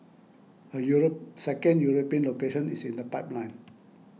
a Europe second European location is in the pipeline